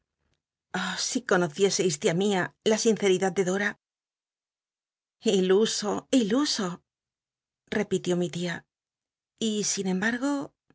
si conocieseis tia mia la sinceridad de dora iluso iluso repitió mi tia y sin embargo